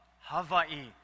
Hawaii